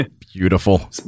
Beautiful